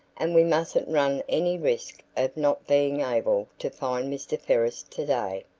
and we mustn't run any risk of not being able to find mr. ferris today.